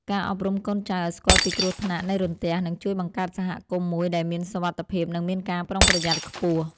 ការអប់រំកូនចៅឱ្យស្គាល់ពីគ្រោះថ្នាក់នៃរន្ទះនឹងជួយបង្កើតសហគមន៍មួយដែលមានសុវត្ថិភាព និងមានការប្រុងប្រយ័ត្នខ្ពស់។